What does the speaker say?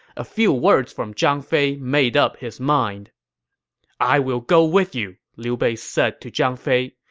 a few words from zhang fei made up his mind i will go with you, liu bei said to zhang fei.